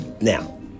Now